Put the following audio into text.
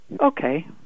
okay